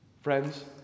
Friends